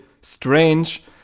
strange